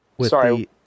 Sorry